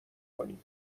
کنی